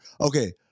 Okay